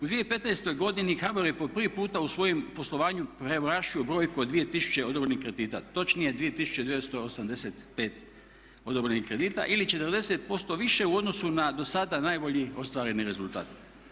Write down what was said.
U 2015.godini HBOR je po prvi puta u svojem poslovanju premašio brojku od 2000 odobrenih kredita, točnije 2985 odobrenih kredita ili 40% više u odnosu na dosada najbolji ostvareni rezultat.